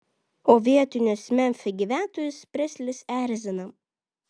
o vietinius memfio gyventojus preslis erzina